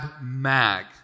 Mag